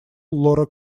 лора